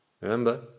Remember